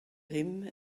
him